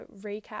recap